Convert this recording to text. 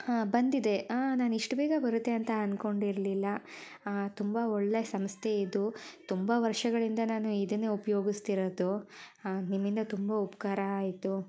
ಹಾಂ ಬಂದಿದೆ ನಾನು ಇಷ್ಟು ಬೇಗ ಬರತ್ತೆ ಅಂತ ಅನ್ಕೊಂಡಿರ್ಲಿಲ್ಲ ತುಂಬ ಒಳ್ಳೆಯ ಸಂಸ್ಥೆ ಇದು ತುಂಬ ವರ್ಷಗಳಿಂದ ನಾನು ಇದನ್ನೇ ಉಪಯೋಗಿಸ್ತಿರೋದು ಹಾಂ ನಿಮ್ಮಿಂದ ತುಂಬ ಉಪಕಾರ ಆಯಿತು